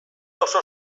oso